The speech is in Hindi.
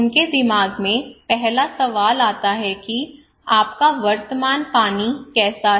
उनके दिमाग में पहला सवाल आता है कि आपका वर्तमान पानी कैसा है